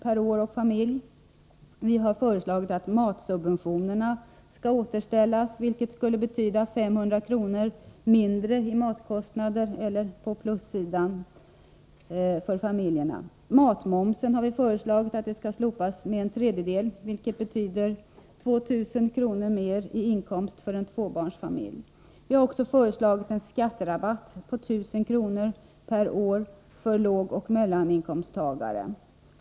per år och familj. Vi har föreslagit att matsubventionerna skall återställas, vilket skulle betyda 500 kr. mindre i matkostnader för barnfamiljerna. Vi har också föreslagit att matmomsen skall slopas med en tredjedel, vilket betyder 2 000 kr. mer i inkomst för en tvåbarnsfamilj. Dessutom har vi föreslagit en skatterabatt på 1 000 kr. per år för lågoch mellaninkomsttagare.